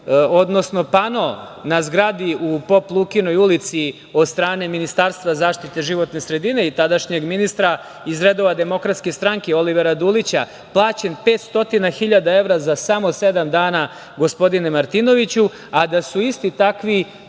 odnosno pano na zgradi u Pop Lukinoj ulici od strane Ministarstva zaštite životne sredine i tadašnjeg ministra iz redova Demokratske stranke Olivera Dulića plaćen 500 hiljada evra za samo sedam dana, gospodine Martinoviću, a da su isti takvi